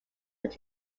that